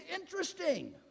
interesting